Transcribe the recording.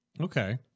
Okay